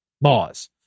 laws